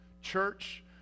church